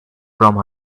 from